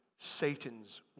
Satan's